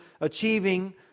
achieving